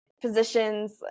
positions